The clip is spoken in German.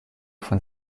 von